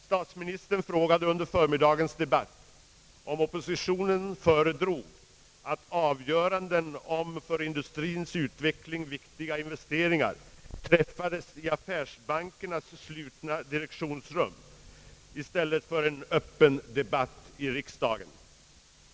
Statsministern frågade under förmiddagens debatt, om oppositionen föredrog att avgöranden om för industriens utveckling viktiga investeringar träffades i affärsbankernas slutna direktionsrum framför en öppen debatt i riksdagen.